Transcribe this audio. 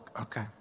okay